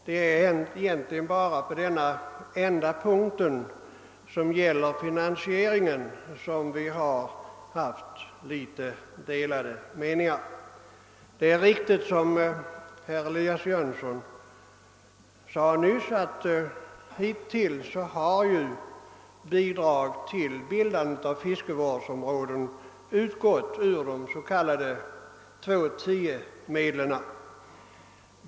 Det är egentligen bara när det gäller finansieringen som vi har haft litet delade meningar. Det är riktigt som herr Jönsson i Ingemarsgården nyss sade, att bidrag till bildandet av fiskevårdsområden hittills har utgått ur de s.k. 2: 10-medlen.